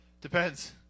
Depends